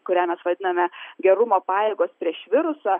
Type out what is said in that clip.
kurią mes vadiname gerumo pajėgos prieš virusą